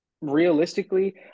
realistically